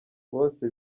bose